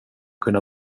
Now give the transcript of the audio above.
kunna